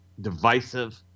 divisive –